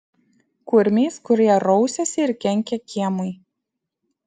kurmiais kurie rausiasi ir kenkia kiemui